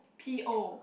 p_o